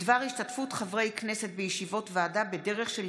בדבר השתתפות חברי כנסת בישיבות ועדה בדרך של